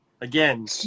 again